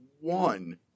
one